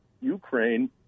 Ukraine